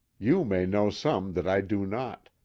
you may know some that i do not,